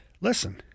listen